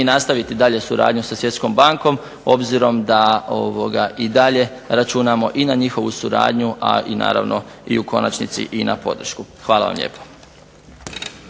mi nastaviti dalje suradnju sa Svjetskom bankom obzirom da i dalje računamo na njihovu suradnju i u konačnici na podršku. Hvala vam lijepa.